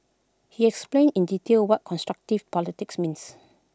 he explained in detail what constructive politics means